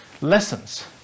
lessons